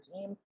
team